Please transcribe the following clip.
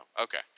okay